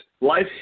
life